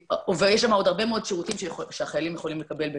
ויש שם עוד הרבה מאוד שירותים שהחיילים יכולים לקבל בנוסף.